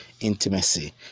intimacy